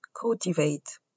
cultivate